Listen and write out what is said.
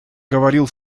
говорил